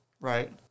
Right